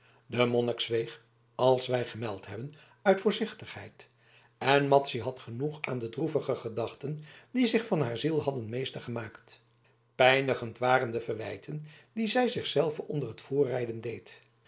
de monnik zweeg als wij gemeld hebben uit voorzichtigheid en madzy had genoeg aan de droevige gedachten die zich van haar ziel hadden meestergemaakt pijnigend waren de verwijten die zij zich zelve onder t voortrijden deed